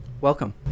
Welcome